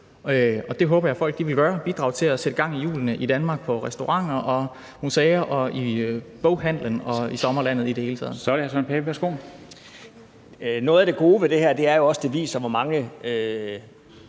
og det håber jeg folk vil bruge til at sætte gang i hjulene i Danmark på restauranter, museer og boghandlen og i sommerlandet i det hele taget. Kl. 10:09 Formanden (Henrik Dam